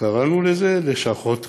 קראנו לזה "לשכות רווחה".